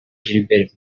gilbert